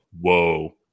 whoa